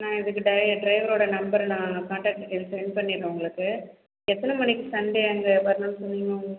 நான் இதுக்கு டிரைவரோடய நம்பரு நான் காண்டாக் டீட்டைல் சென்ட் பண்ணிடறேன் உங்களுக்கு எத்தனை மணிக்கு சண்டே அங்கே வரணும்னு சொன்னீங்க